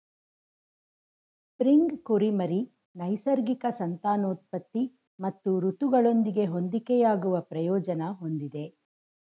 spring ಕುರಿಮರಿ ನೈಸರ್ಗಿಕ ಸಂತಾನೋತ್ಪತ್ತಿ ಮತ್ತು ಋತುಗಳೊಂದಿಗೆ ಹೊಂದಿಕೆಯಾಗುವ ಪ್ರಯೋಜನ ಹೊಂದಿದೆ